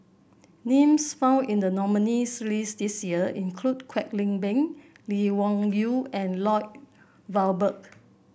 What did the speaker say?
names found in the nominees' list this year include Kwek Leng Beng Lee Wung Yew and Lloyd Valberg